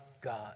God